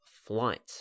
flight